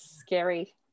scary